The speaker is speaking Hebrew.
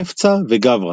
"חפצא וגברא"